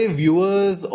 viewers